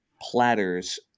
platters